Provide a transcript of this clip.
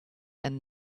and